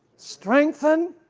strengthen,